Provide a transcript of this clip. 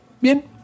Bien